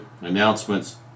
announcements